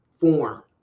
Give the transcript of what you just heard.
form